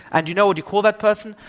and you know what you call that person?